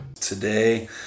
Today